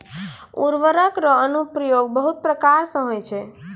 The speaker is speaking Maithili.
उर्वरक रो अनुप्रयोग बहुत प्रकार से होय छै